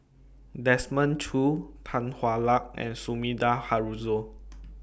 Desmond Choo Tan Hwa Luck and Sumida Haruzo